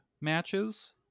matches